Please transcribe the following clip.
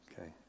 Okay